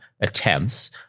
attempts